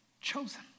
Chosen